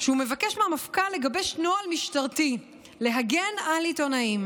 שהוא מבקש מהמפכ"ל לגבש נוהל משטרתי להגן על עיתונאים.